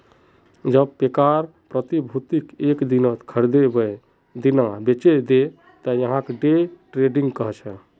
जब पैकार प्रतिभूतियक एक दिनत खरीदे वेय दिना बेचे दे त यहाक डे ट्रेडिंग कह छे